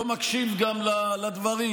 לא מקשיב גם לדברים.